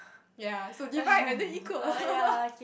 yea so divide and then equal